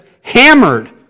hammered